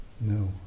No